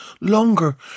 longer